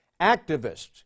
activists